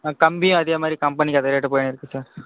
கம்பியும் அதே மாரி கம்பெனிக்கு ஏற்ற ரேட்டு போய்ன்னு இருக்கு சார்